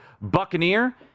Buccaneer